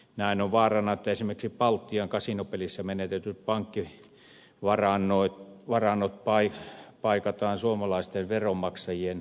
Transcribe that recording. näin on vaarana että esimerkiksi baltian kasinopelissä menetetyt pankkivarannot paikataan suomalaisten veronmaksajien rahoilla